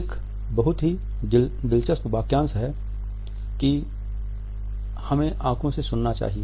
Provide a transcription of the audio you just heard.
एक बहुत ही दिलचस्प वाक्यांश है कि हमें आँखों से सुनना चाहिए